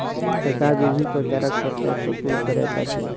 सरकार विभिन्न प्रकार सॅ टैक्स ओसूल करैत अछि